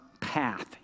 path